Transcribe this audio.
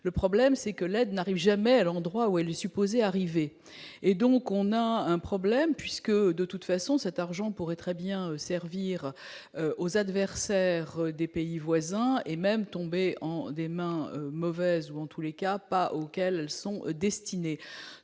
le problème c'est que l'aide n'arrive jamais à l'endroit où elle est supposée arriver et donc on a un problème, puisque de toute façon, cet argent pourrait très bien servir aux adversaires des pays voisins et même tomber en des mains mauvaise ou en tous les cas pas auxquels sont destinées,